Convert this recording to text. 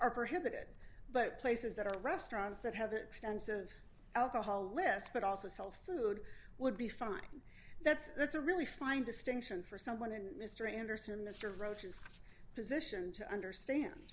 prohibited but places that are restaurants that have extensive alcohol lists but also sell food would be fine that's that's a really fine distinction for someone in mr anderson mr roach is positioned to understand